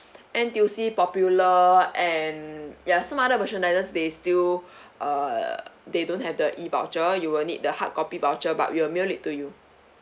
N_T_U_C popular and ya some other merchandises they still uh they don't have the E_voucher you will need the hard copy voucher but we will mail it to you